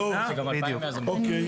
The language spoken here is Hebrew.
טוב, אוקיי.